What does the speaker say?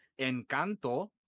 Encanto